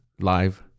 live